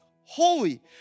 holy